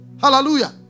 Hallelujah